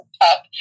up